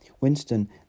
Winston